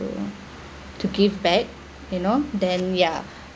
to give back you know then ya